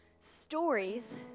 stories